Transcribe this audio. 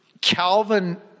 Calvin